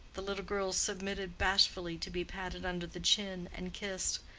the little girls submitted bashfully to be patted under the chin and kissed,